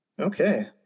Okay